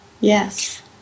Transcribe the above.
Yes